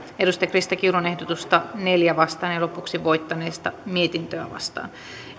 krista kiurun ehdotusta neljään vastaan ja lopuksi voittaneesta mietintöä vastaan